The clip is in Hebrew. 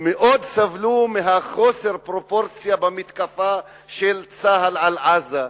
מאוד סבלו ממתקפה לא פרופורציונלית של צה"ל על עזה.